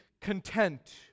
content